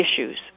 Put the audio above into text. issues